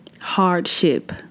hardship